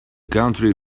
country